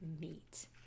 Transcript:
meat